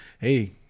Hey